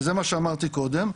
שזה מה שאמרתי קודם,